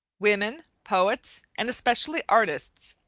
women, poets, and especially artists,